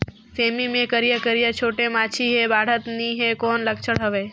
सेमी मे करिया करिया छोटे माछी हे बाढ़त नहीं हे कौन लक्षण हवय?